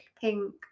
Pink